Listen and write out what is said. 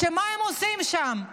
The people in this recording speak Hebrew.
ומה הם עושים שם?